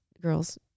girls